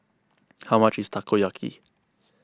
how much is Takoyaki